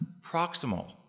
proximal